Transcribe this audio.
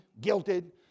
guilted